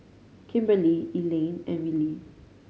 Kimberley Elayne and Willy